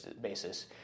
basis